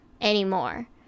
anymore